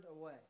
away